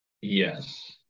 Yes